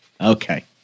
Okay